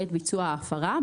בעת ביצוע ההפרה,